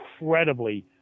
incredibly